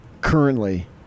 currently